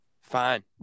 Fine